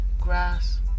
Grass